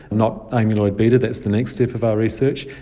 not amyloid beta, that's the next step of our research.